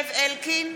זאב אלקין,